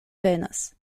venas